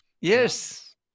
yes